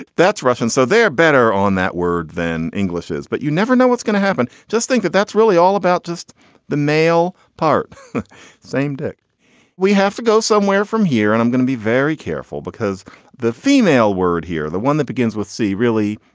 that's russian. so they're better on that word than englishes, but you never know what's going to happen. just think that that's really all about just the male part. the same dick we have to go somewhere from here. and i'm going to be very careful because the female word here, the one that begins with c. really,